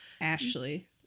Ashley